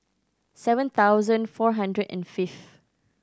seven thousand four hundred and fifth